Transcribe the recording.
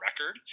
record